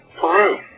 Peru